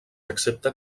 accepta